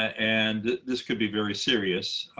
and this could be very serious.